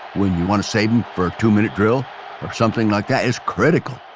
when you wanna save em for a two minute drill or something like that, it's critical